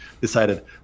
decided